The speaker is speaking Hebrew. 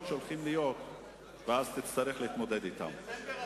שהולכות להיות ותצטרך להתמודד אתן.